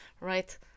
right